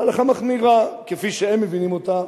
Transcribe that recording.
הלכה מחמירה, כפי שהם מבינים אותה,